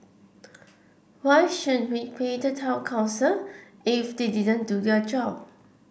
why should we pay the town council if they didn't do their job